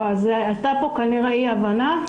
לא, היתה פה כנראה אי הבנה.